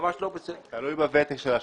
תלוי בוותק של השופט.